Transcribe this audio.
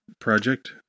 project